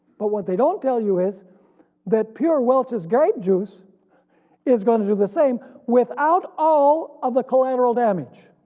but what they don't tell you is that pure welch's grape juice is going to do the same without all of the collateral damage.